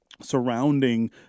surrounding